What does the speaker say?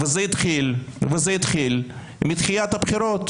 וזה התחיל מדחיית הבחירות